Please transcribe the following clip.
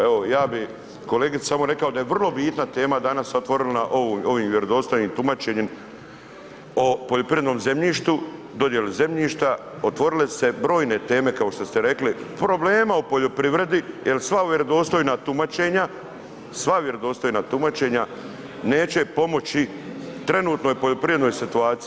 Evo ja bih kolegici samo rekao da je vrlo bitna tema danas otvorena ovim vjerodostojnim tumačenjem o poljoprivrednom zemljištu, dodjeli zemljišta, otvorile su se brojne teme kao što ste rekli, problema u poljoprivredni jer sva vjerodostojna tumačenja, sva vjerodostojna tumačenja neće pomoći trenutnoj poljoprivrednoj situaciji.